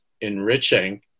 enriching